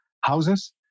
houses